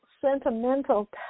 sentimental